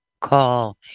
Call